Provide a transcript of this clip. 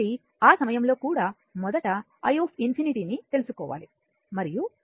కాబట్టి ఆ సమయంలో కూడా మొదట i ∞ ని తెలుసుకోవాలి మరియు